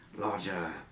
larger